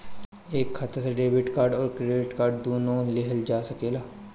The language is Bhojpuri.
एक खाता से डेबिट कार्ड और क्रेडिट कार्ड दुनु लेहल जा सकेला?